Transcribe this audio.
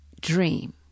dream